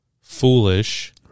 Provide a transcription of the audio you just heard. foolish